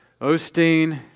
Osteen